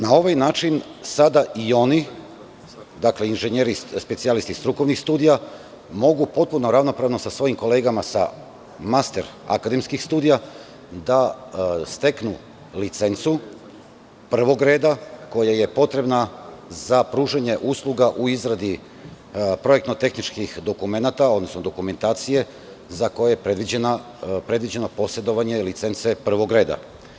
Na ovaj način sada i oni, dakle, inženjeri specijalisti strukovnih studija, mogu potpuno ravnopravno sa svojim kolegama master akademskih studija da steknu licencu prvog reda koja je potrebna za pružanje usluga u izradi projektno tehničkih dokumenata, odnosno dokumentacije za koje je predviđeno posedovanje licence prvog reda.